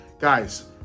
Guys